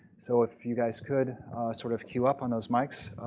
so if you guys could sort of queue up on those mics.